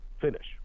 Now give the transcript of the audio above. finish